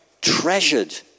treasured